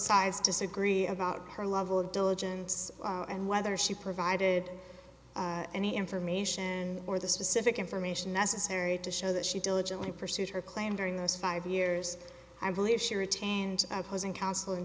sides disagree about her level of diligence and whether she provided any information and or the specific information necessary to show that she diligently pursued her claim during those five years i believe she retained opposing counsel in